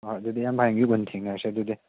ꯍꯣꯏ ꯑꯗꯨꯗꯤ ꯏꯌꯥꯝꯕ ꯍꯌꯦꯡ ꯊꯦꯡꯅꯔꯁꯦ ꯑꯗꯨꯗꯤ